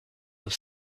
have